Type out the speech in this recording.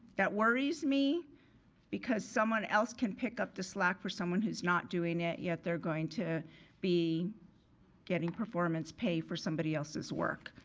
that worries me because someone else can pick up the slack for someone who's not doing it yet they're going to be getting performance pay for somebody else's work.